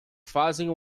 fazem